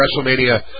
WrestleMania